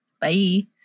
bye